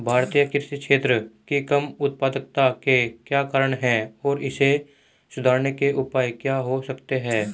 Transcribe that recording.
भारतीय कृषि क्षेत्र की कम उत्पादकता के क्या कारण हैं और इसे सुधारने के उपाय क्या हो सकते हैं?